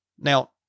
Now